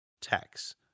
tax